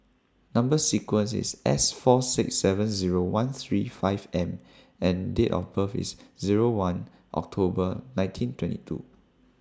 Number sequence IS S four six seven Zero one three five M and Date of birth IS Zero one October nineteen twenty two